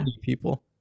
people